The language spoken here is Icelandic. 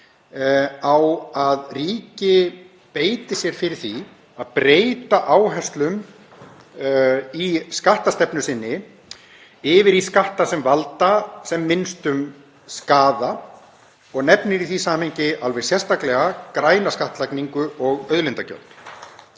að ríki beiti sér fyrir því að breyta áherslum í skattastefnu sinni yfir í skatta sem valda sem minnstum skaða og nefna í því samhengi alveg sérstaklega græna skattlagningu og auðlindagjöld.